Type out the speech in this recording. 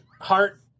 heart